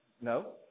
No